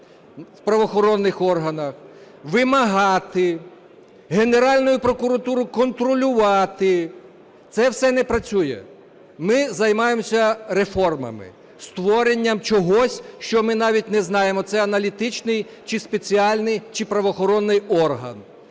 в правоохоронних органах, вимагати Генеральну прокуратуру контролювати – це все не працює. Ми займаємося реформами, створенням чогось, що ми навіть не знаємо, це аналітичний чи спеціальний, чи правоохоронний орган,